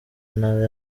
ntara